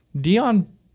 Dion